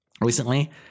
recently